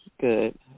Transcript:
good